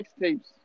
mixtapes